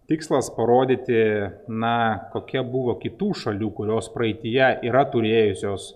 tikslas parodyti na kokia buvo kitų šalių kurios praeityje yra turėjusios